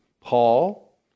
Paul